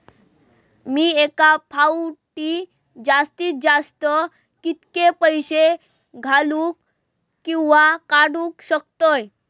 मी एका फाउटी जास्तीत जास्त कितके पैसे घालूक किवा काडूक शकतय?